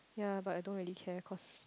ya but I don't really care cause